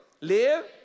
Live